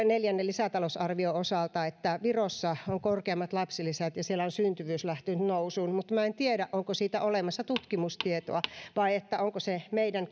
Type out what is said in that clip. neljännen lisätalousarvion osalta että virossa on korkeammat lapsilisät ja siellä on syntyvyys lähtenyt nousuun mutta en tiedä onko siitä olemassa tutkimustietoa vai onko se meidän